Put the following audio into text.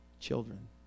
children